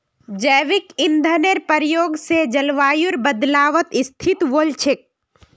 जैविक ईंधनेर प्रयोग स जलवायुर बदलावत स्थिल वोल छेक